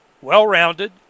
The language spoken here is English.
Well-rounded